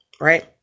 right